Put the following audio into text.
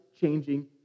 changing